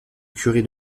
curé